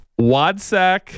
Wadsack